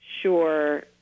sure